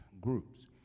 groups